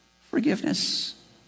Forgiveness